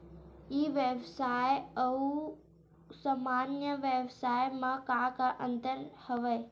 ई व्यवसाय आऊ सामान्य व्यवसाय म का का अंतर हवय?